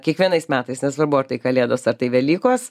kiekvienais metais nesvarbu ar tai kalėdos ar tai velykos